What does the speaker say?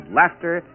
laughter